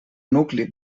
nucli